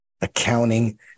accounting